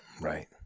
Right